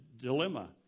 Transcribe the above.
dilemma